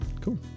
Cool